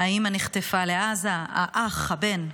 האימא נחטפה לעזה, האח, הבן,